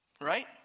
Right